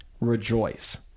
rejoice